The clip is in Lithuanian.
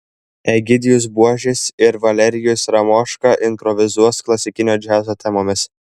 egidijus buožis ir valerijus ramoška improvizuos klasikinio džiazo temomis